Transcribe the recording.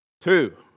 Two